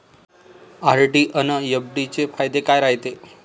RD अन FD चे फायदे काय रायते?